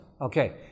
Okay